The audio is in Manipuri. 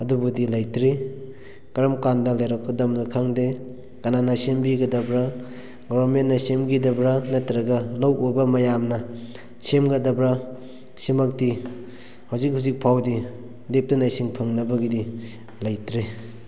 ꯑꯗꯨꯕꯨꯗꯤ ꯂꯩꯇ꯭ꯔꯤ ꯀꯔꯝ ꯀꯥꯟꯗ ꯂꯩꯔꯛꯀꯗꯕꯅꯣ ꯈꯪꯗꯦ ꯀꯅꯥꯅ ꯁꯦꯝꯕꯤꯒꯗꯕ꯭ꯔ ꯒꯣꯚꯔꯃꯦꯟꯅ ꯁꯦꯝꯒꯗꯕ꯭ꯔꯥ ꯅꯠꯇ꯭ꯔꯒ ꯂꯧ ꯎꯕ ꯃꯌꯥꯝꯅ ꯁꯦꯝꯒꯗꯕ꯭ꯔꯥ ꯑꯁꯤꯃꯛꯇꯤ ꯍꯧꯖꯤꯛ ꯍꯧꯖꯤꯛ ꯐꯥꯎꯕꯗꯤ ꯂꯦꯞꯇꯅ ꯏꯁꯤꯡ ꯐꯪꯅꯕꯒꯤꯗꯤ ꯂꯩꯇ꯭ꯔꯤ